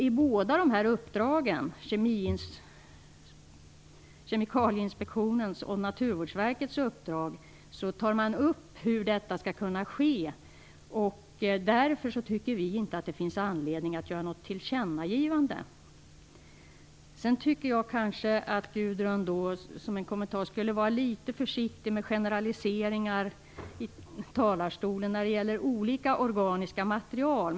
I både Kemikalieinspektionens och Naturvårdsverkets uppdrag tar man upp hur detta skall kunna ske. Därför tycker vi inte att det finns anledning att göra något tillkännagivande. Jag tycker kanske att Gudrun skulle vara litet försiktig med generaliseringar i talarstolen när det gäller olika organiska material.